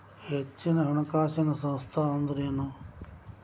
ಹೆಚ್ಚಿನ ಹಣಕಾಸಿನ ಸಂಸ್ಥಾ ಅಂದ್ರೇನು?